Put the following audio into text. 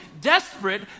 desperate